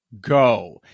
Go